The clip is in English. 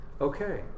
okay